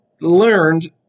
learned